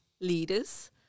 leaders